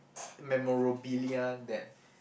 memorabilia that